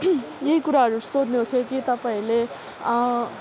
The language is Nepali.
यही कुराहरू सोध्नु थियो कि तपाईँहरूले